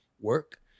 work